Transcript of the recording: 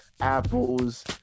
apples